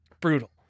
Brutal